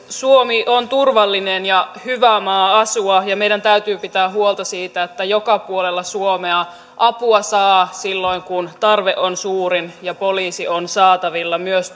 suomi on turvallinen ja hyvä maa asua ja meidän täytyy pitää huolta siitä että joka puolella suomea apua saa silloin kun tarve on suurin ja poliisi on saatavilla myös